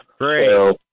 Great